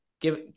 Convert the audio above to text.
give